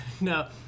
no